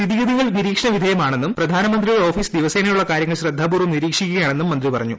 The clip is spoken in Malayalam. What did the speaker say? സ്ഥിതിഗതികൾ നിയന്ത്രണവിധേയമാണെന്നും പ്രധാനമന്ത്രിയുടെ ഓഫീസ് ദിവസേനയുള്ള കാര്യങ്ങൾ ശ്രദ്ധാപൂർവ്വം നിരീക്ഷിക്കുകയാണെന്നും മന്ത്രി പറഞ്ഞു